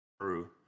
True